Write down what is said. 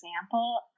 example